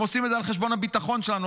הם עושים את זה על חשבון הביטחון שלנו,